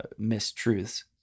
mistruths